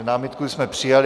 Námitku jsme přijali.